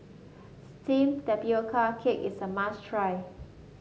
steamed Tapioca Cake is a must try